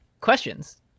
questions